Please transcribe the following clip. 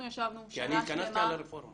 אנחנו ישבנו עם המגדלים.